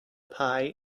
pie